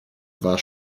war